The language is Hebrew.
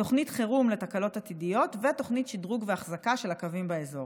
תוכנית חירום לתקלות עתידיות ותוכנית שדרוג ואחזקה של הקווים באזור.